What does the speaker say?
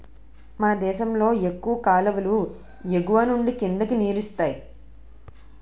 మనదేశంలో ఎక్కువ కాలువలు ఎగువనుండి కిందకి నీరిస్తాయి